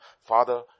Father